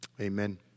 Amen